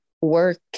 work